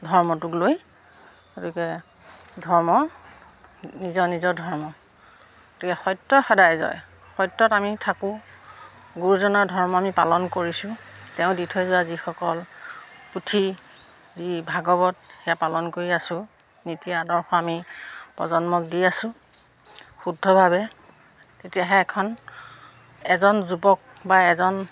ধৰ্মটোক লৈ গতিকে ধৰ্ম নিজৰ নিজৰ ধৰ্ম গতিকে সত্যৰ সদায় জয় সত্যত আমি থাকোঁ গুৰুজনৰ ধৰ্ম আমি পালন কৰিছোঁ তেওঁ দি থৈ যোৱা যিসকল পুথি যি ভাগৱত সেয়া পালন কৰি আছোঁ নীতি আদৰ্শ আমি প্ৰজন্মক দি আছোঁ শুদ্ধভাৱে তেতিয়াহে এখন এজন যুৱক বা এজন